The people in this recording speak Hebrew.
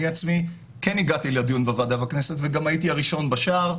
אני עצמי כן הגעתי לדיון בוועדה בכנסת וגם הייתי הראשון בשער,